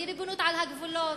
בלי ריבונות על הגבולות.